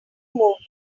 movement